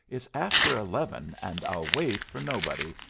it's after eleven, and i'll wait for nobody.